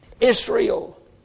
Israel